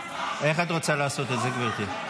איך את רוצה לעשות את זה, גברתי?